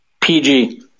PG